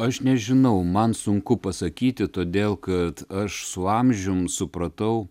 aš nežinau man sunku pasakyti todėl kad aš su amžium supratau